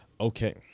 okay